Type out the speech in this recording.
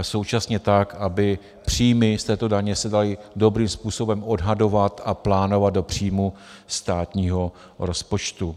Současně tak, aby příjmy z této daně se daly dobrým způsobem odhadovat a plánovat do příjmů státního rozpočtu.